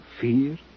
fear